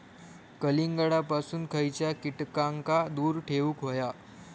कलिंगडापासून खयच्या कीटकांका दूर ठेवूक व्हया?